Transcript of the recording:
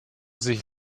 sich